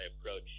approach